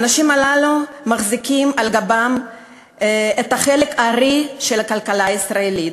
האנשים הללו מחזיקים על גבם את חלק הארי של הכלכלה הישראלית.